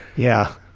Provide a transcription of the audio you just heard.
yeah.